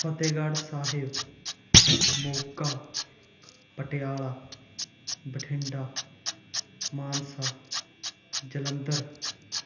Fatehgarh Sahib Moga Patiala Bathinda Mansa Jalandhar